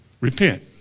Repent